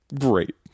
Great